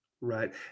Right